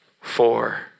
Four